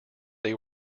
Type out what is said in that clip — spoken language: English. they